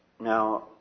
Now